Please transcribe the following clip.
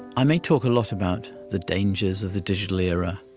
i may talk a lot about the dangers of the digital era,